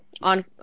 on